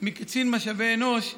מקצין משאבי אנוש הפיקודי,